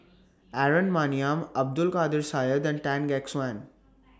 Aaron Maniam Abdul Kadir Syed and Tan Gek Suan